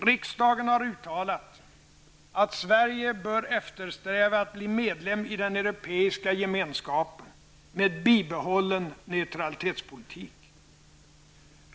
Riksdagen har uttalat att Sverige bör eftersträva att bli medlem i den Europeiska gemenskapen med bibehållen neutralitetspolitik.